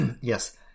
yes